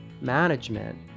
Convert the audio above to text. management